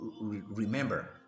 remember